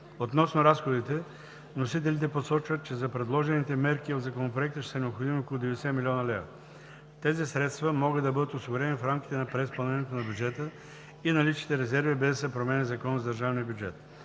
Относно разходите вносителите посочват, че за предложените в Законопроекта мерки ще са необходими около 90 млн. лв. Тези средства могат да бъдат осигурени в рамките на преизпълнението на бюджета и наличните резерви, без да се променя Законът за държавния бюджет.